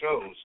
shows